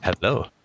Hello